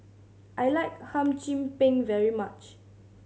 I like Hum Chim Peng very much